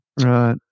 Right